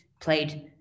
played